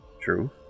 True